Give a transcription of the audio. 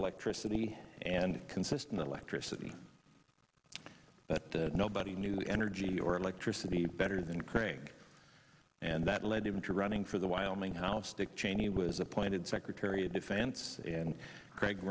electricity and consistent electricity but nobody knew the energy or electricity better than craig and that led him to running for the wyoming house dick cheney was appointed secretary of defense and